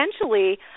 essentially